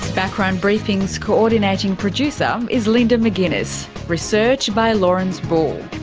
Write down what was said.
background briefing's coordinating producer um is linda mcginness, research by lawrence bull,